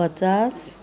पचास